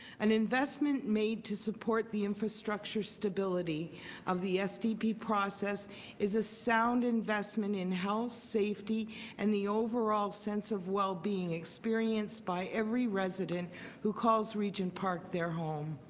an investment made to support the infrastructure stability of the sdp process is a sound investment in health, safety and overall sense of well-being experienced by every resident who called region park their home.